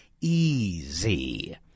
Easy